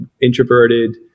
introverted